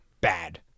bad